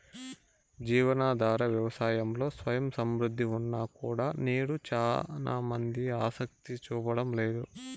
జీవనాధార వ్యవసాయంలో స్వయం సమృద్ధి ఉన్నా కూడా నేడు చానా మంది ఆసక్తి చూపడం లేదు